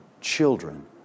children